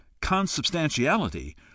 consubstantiality